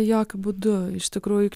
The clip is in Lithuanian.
jokiu būdu iš tikrųjų